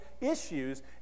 issues